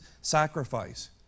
sacrifice